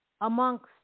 amongst